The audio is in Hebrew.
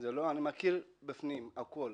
אני מכיר בפנים הכול,